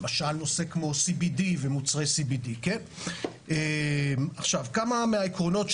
למשל בנושא כמו CBD ומוצרי CBD. כמה מהעקרונות,